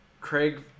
Craig